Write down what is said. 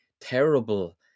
terrible